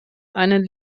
einen